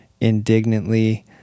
indignantly